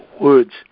words